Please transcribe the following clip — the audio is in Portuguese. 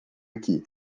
aqui